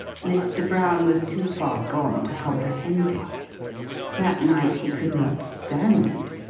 mr. brown was too far gone to comprehend it that night he could not stand,